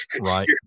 Right